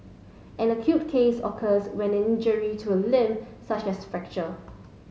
an acute case occurs when injury to a limb such as fracture